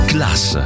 Class